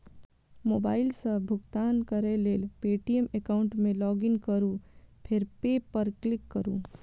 mobile सं भुगतान करै लेल पे.टी.एम एकाउंट मे लॉगइन करू फेर पे पर क्लिक करू